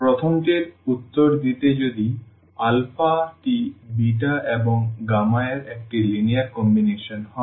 প্রথমটির উত্তর দিতে যদি টি এবং এর একটি লিনিয়ার কম্বিনেশন হয়